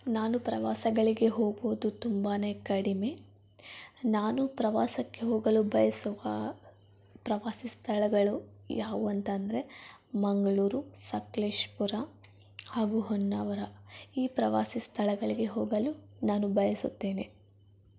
ನಾನು ಪ್ರವಾಸಗಳಿಗೆ ಹೋಗೋದು ತುಂಬಾ ಕಡಿಮೆ ನಾನು ಪ್ರವಾಸಕ್ಕೆ ಹೋಗಲು ಬಯಸುವ ಪ್ರವಾಸಿ ಸ್ಥಳಗಳು ಯಾವುವು ಅಂತ ಅಂದರೆ ಮಂಗಳೂರು ಸಕಲೇಶ್ಪುರ ಹಾಗೂ ಹೊನ್ನಾವರ ಈ ಪ್ರವಾಸಿ ಸ್ಥಳಗಳಿಗೆ ಹೋಗಲು ನಾನು ಬಯಸುತ್ತೇನೆ